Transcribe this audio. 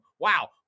Wow